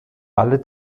alle